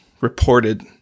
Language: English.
reported